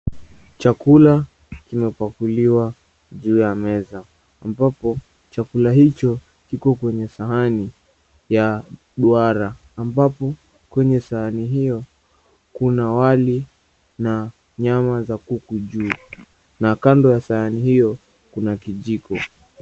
Chakula kimepakuliwa juu ya meza, ambapo chakula hicho kiko kwenye sahani ya duara. Ambapo kwenye sahani hiyo, kuna wali na nyama za kuku juu, na kando ya sahani hiyo kuna kijiko.